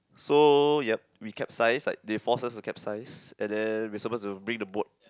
so yup we capsized like they forced us to capsize and then we supposed to bring the boat